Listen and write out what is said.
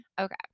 Okay